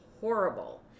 horrible